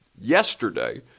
yesterday